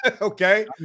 Okay